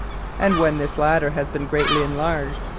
and when this latter has been greatly enlarged,